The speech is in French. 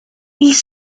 ils